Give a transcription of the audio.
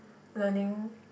learning